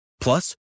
Plus